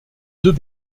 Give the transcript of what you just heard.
deux